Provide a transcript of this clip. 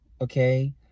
Okay